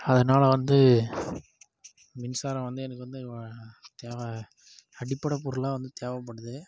அதனால் வந்து மின்சாரம் வந்து எனக்கு வந்து தேவை அடிப்படை பொருளாக வந்து தேவைப்படுது